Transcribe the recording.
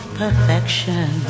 perfection